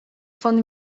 von